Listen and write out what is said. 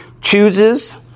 chooses